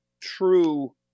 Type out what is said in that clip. true